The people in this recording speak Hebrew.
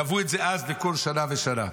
קבעו את זה אז בכל שנה ושנה.